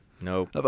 Nope